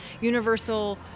universal